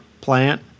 plant